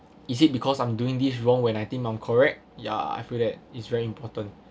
is it because I'm doing this wrong when I think I'm correct ya I feel that is very important